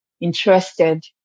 interested